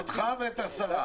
אתה מפריע לחברך לסיעה.